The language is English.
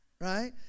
right